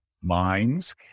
minds